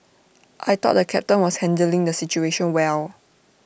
I thought the captain was handling the situation well